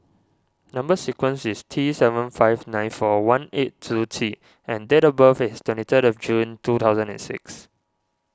Number Sequence is T seven five nine four one eight two T and date of birth is twenty third of June two thousand and six